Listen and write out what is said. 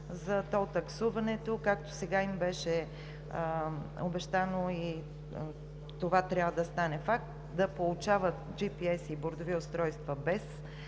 за тол таксуването, както сега им беше обещано и това трябва да стане факт, да получават GPS тракери и бордови устройства без